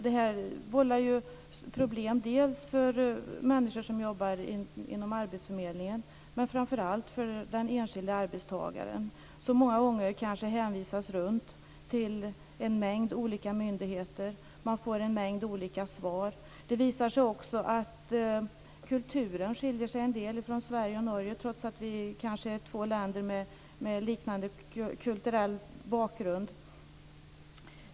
Detta vållar problem för människor som jobbar inom arbetsförmedlingen, men framför allt för den enskilde arbetstagaren, som många gånger kanske hänvisas runt till en mängd olika myndigheter. Man får en mängd olika svar. Det visar sig också att det skiljer sig en del vad gäller kulturen mellan Sverige och Norge, trots att det är två länder med liknande kulturell bakgrund.